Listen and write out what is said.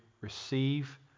receive